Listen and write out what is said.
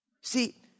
See